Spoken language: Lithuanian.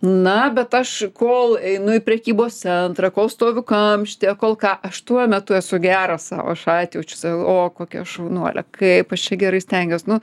na bet aš kol einu į prekybos centrą kol stoviu kamštyje kol ką aš tuo metu esu geras sau aš atjaučiu save o kokia šaunuolė kaip aš čia gerai stengiuos nu